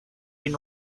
been